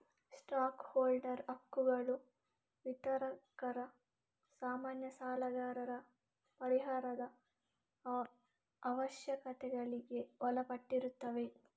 stock holder ಹಕ್ಕುಗಳು ವಿತರಕರ, ಸಾಮಾನ್ಯ ಸಾಲಗಾರರ ಪರಿಹಾರದ ಅವಶ್ಯಕತೆಗಳಿಗೆ ಒಳಪಟ್ಟಿರುತ್ತವೆ